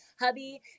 hubby